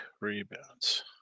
rebounds